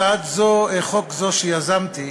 הצעת חוק זו שיזמתי